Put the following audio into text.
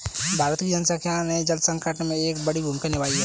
भारत की जनसंख्या ने जल संकट में एक बड़ी भूमिका निभाई है